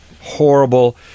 Horrible